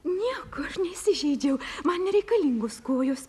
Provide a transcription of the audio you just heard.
nieko aš neįsižeidžiau man nereikalingos kojos